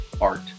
art